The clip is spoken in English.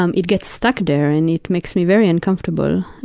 um it gets stuck there and it makes me very uncomfortable.